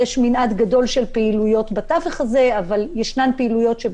יש מנעד גדול של פעילויות בתווך הזה אבל ישנן פעילויות שהן